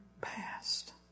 past